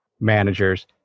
managers